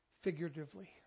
figuratively